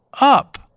up